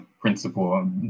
principle